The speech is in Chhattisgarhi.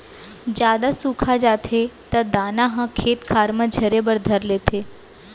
जादा सुखा जाथे त दाना ह खेत खार म झरे बर धर लेथे